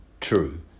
True